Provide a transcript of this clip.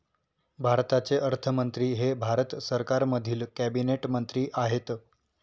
भारताचे अर्थमंत्री हे भारत सरकारमधील कॅबिनेट मंत्री आहेत